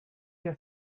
your